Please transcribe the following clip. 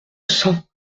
cents